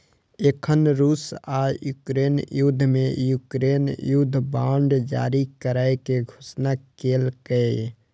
एखन रूस आ यूक्रेन युद्ध मे यूक्रेन युद्ध बांड जारी करै के घोषणा केलकैए